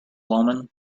wellman